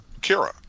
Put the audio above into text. Kira